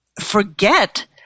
forget